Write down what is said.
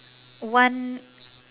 one